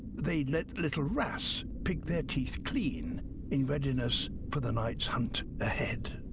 they let little wrasse pick their teeth clean in readiness for the night's hunt ahead.